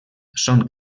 són